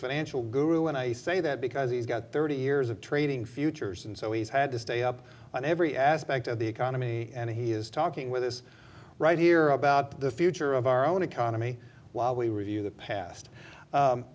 financial guru and i say that because he's got thirty years of trading futures and so he's had to stay up on every aspect of the economy and he is talking with us right here about the future of our own economy while we review the past